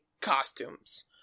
costumes